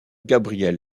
gabriel